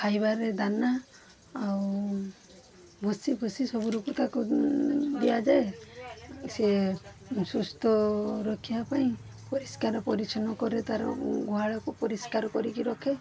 ଖାଇବାରେ ଦାନା ଆଉ ଭୁସିଫୁସି ସବୁ ରଖୁ ତାକୁ ଦିଆଯାଏ ସେ ସୁସ୍ଥ ରଖିବା ପାଇଁ ପରିଷ୍କାର ପରିଚ୍ଛନ୍ନ କରେ ତାର ଗୁହାଳକୁ ପରିଷ୍କାର କରିକି ରଖେ